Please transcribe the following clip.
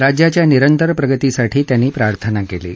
राज्याच्या निरंतर प्रगतीसाठी त्यांनी प्रार्थना केली आहे